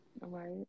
Right